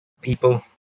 people